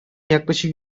yaklaşık